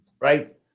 right